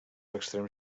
extrems